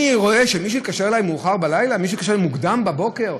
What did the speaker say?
אני רואה שמישהו התקשר אלי מאוחר בלילה או מוקדם בבוקר,